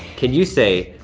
could you say,